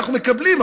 אנחנו מקבלים,